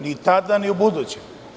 Ni tada, ni ubuduće.